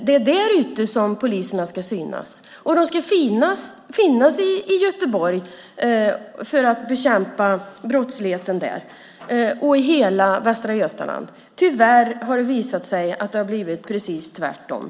Det är där ute som poliserna ska synas. De ska finnas i Göteborg - för att bekämpa brottsligheten där - och i hela Västra Götaland. Tyvärr har det visat sig att det har blivit precis tvärtom.